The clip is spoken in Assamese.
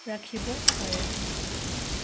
ৰাখিব পাৰে